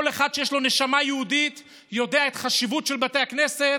כל אחד שיש לו נשמה יהודית יודע מה חשיבות בתי הכנסת,